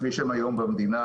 כפי שהם היום במדינה,